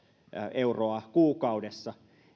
euroa kuukaudessa